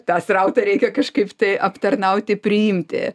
tą srautą reikia kažkaip tai aptarnauti priimti